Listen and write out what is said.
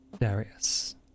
Darius